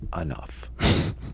enough